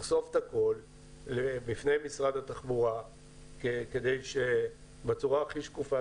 נחשוף את הכל בפני משרד התחבורה בצורה הכי שקופה